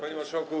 Panie Marszałku!